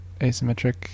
asymmetric